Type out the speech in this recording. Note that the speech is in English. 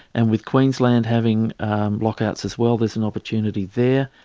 and with queensland having lockouts as well, there's an opportunity there.